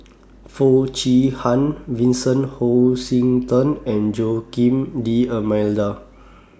Foo Chee Han Vincent Hoisington and Joaquim D'almeida